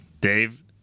Dave